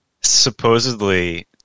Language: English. Supposedly